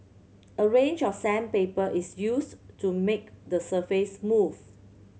a range of sandpaper is used to make the surface smooth